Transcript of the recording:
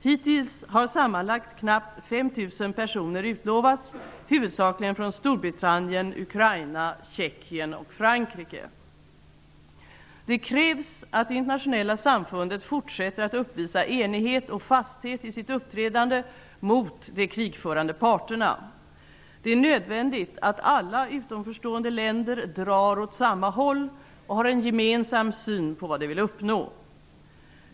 Hittills har sammanlagt knappt 5 000 personer utlovats, huvudsakligen från Storbritannien, Ukraina, -- Det krävs att det internationella samfundet fortsätter att uppvisa enighet och fasthet i sitt uppträdande mot de krigförande parterna. Det är nödvändigt att alla utanförstående länder drar åt samma håll och har en gemensam syn på vad de vill uppnå.